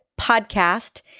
PODCAST